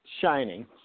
Shining